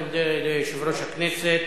אני מודה ליושב-ראש הכנסת.